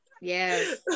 Yes